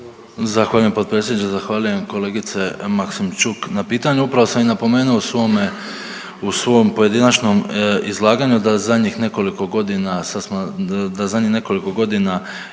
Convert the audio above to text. Zahvaljujem potpredsjedniče. Zahvaljujem kolegice Maksimčuk na pitanju. Upravo sam i napomenuo u svome, u svom pojedinačnom izlaganju da zadnjih nekoliko godina, da zadnjih